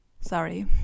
Sorry